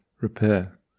repair